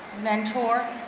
mentor,